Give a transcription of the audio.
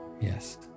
Yes